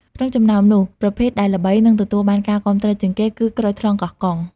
ក្នុងចំណោមនោះ ប្រភេទដែលល្បី និងទទួលបានការគាំទ្រជាងគេគឺ ក្រូចថ្លុងកោះកុង។